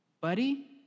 buddy